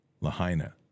Lahaina